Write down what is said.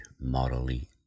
morally